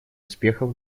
успехов